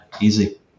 easy